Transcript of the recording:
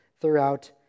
throughout